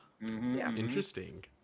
Interesting